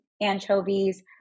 anchovies